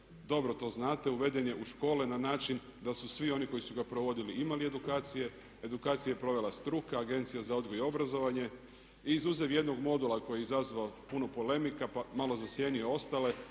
dobro to znate uveden je u škole na način da su svi oni koji su ga provodili imali edukacije. Edukacije je provela struka, Agencija za odgoj i obrazovanje izuzev jednog modula koji je izazvao puno polemika, pa malo zasjenio ostale.